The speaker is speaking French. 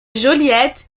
joliette